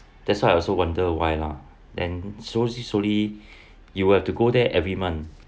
that's why I also wonder why lah then slowly slowly you have to go there every month